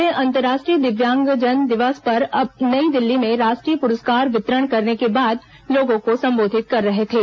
वे अंतर्राष्ट्रीय दिव्यांगजन दिवस पर नई दिल्ली में राष्ट्रीय पुरस्कार वितरित करने के बाद लोगों को संबोधित कर रहे थे